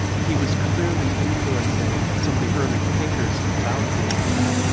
he was clearly influencing some of the early thinkers about the internet.